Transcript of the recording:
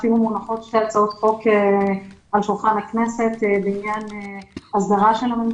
הונחו על שולחן הכנסת שתי הצעות חוק בעניין הממשקים.